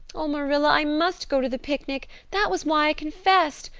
oh, marilla, i must go to the picnic. that was why i confessed.